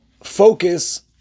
focus